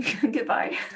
Goodbye